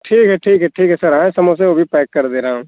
ठीक है ठीक है ठीक है सर हाँ समोसे वो भी पैक कर दे रहा हूँ